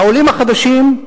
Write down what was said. העולים החדשים,